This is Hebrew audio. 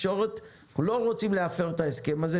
אנחנו לא רוצים להפר את ההסכם הזה,